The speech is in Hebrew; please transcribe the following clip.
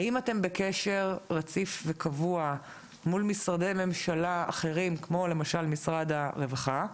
האם אתם בקשר רציף וקבוע מול משרדי ממשלה אחרים כמו משרד הרווחה,